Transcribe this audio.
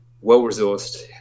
well-resourced